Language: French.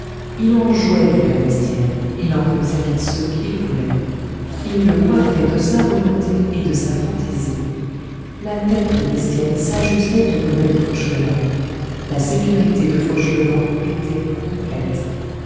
il en jouait du père mestienne il en faisait ce qu'il voulait il le coiffait de sa volonté et de sa fantaisie la tête de mestienne s'ajustait au bonnet de fauchelevent la sécurité de fauchelevent était complète